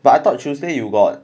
but I thought tuesday you got